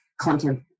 content